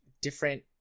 different